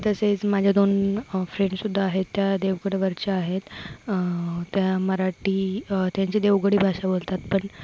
तसेच माझ्या दोन फ्रेंडसुद्धा आहेत त्या देवगडवरच्या आहेत त्या मराठी त्यांची देवगडी भाषा बोलतात पण